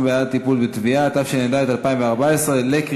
אין מתנגדים, אין נמנעים.